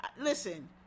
listen